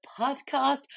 podcast